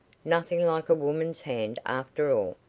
nothing like a woman's hand, after all,